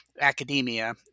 academia